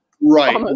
right